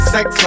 Sex